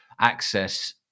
access